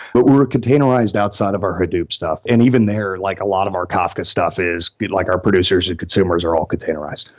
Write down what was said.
but we're containerized outside of our hadoop stuff. and even there, like a lot of our kafka stuff is like our producers and consumers are all containerized.